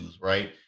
right